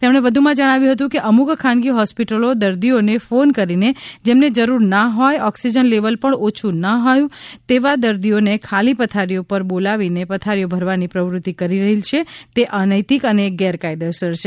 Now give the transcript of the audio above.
તેમણે વધુમાં જણાવ્યું હતું કે અમુક ખાનગી હોસ્પિટલો દર્દીઓને ફોન કરીને જેમને જરૂર ના હોય ઓકસીજન લેવલ પણ ઓછુ ના થયું હોય તેવા દર્દીઓને ખાલી પથારીઓ પર બોલાવીને પથારીઓી ભરવાની પ્રવૃતિ કરી રહેલછે તે અનૈતિક અને ગેરકાયદેસર છે